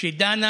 שדנה